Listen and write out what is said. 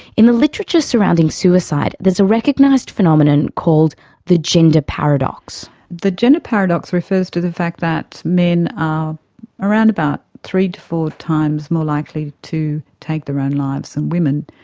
in the literature surrounding suicide there is a recognised phenomenon called the gender paradox. the gender paradox refers to the fact that men are around about three to four times more likely to take their own lives than women,